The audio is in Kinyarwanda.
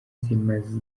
zimaze